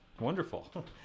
wonderful